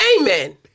Amen